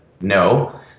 No